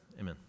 Amen